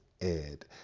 Ed